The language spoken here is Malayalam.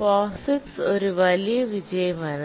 POSIX ഒരു വലിയ വിജയമായിരുന്നു